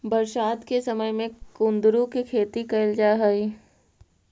बरसात के समय में कुंदरू के खेती कैल जा हइ